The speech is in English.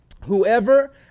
whoever